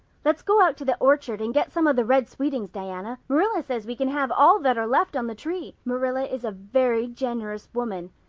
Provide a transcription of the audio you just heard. let's go out to the orchard and get some of the red sweetings, diana. marilla says we can have all that are left on the tree. marilla is a very generous woman.